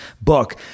book